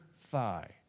thigh